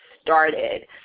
started